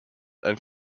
and